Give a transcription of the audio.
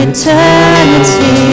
Eternity